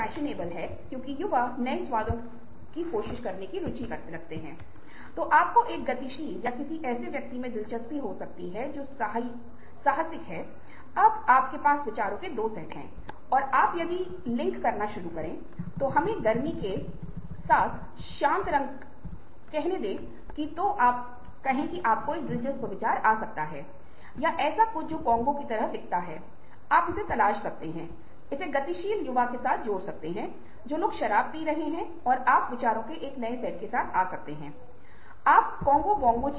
किसी को अपनी खुद की संस्कृति पर या अपने व्यक्ति पर जो भी विश्वास हो उस पर बहुत गर्व होना चाहिए लेकिन साथ ही साथ दूसरों के प्रति सहनशीलता और सम्मान भी होना चाहिए क्योंकि यदि आप दूसरों की संस्कृति अन्य भाषा दूसरों को भोजन की आदत दूसरों के जीने का तरीका को सम्मान नहीं कर रहे हैं तो शायद हमें बहुत ही शर्मनाक स्थिति में डाल दिया जाएगा और लोग इसे पसंद नहीं करेंगे